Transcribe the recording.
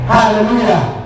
Hallelujah